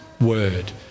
word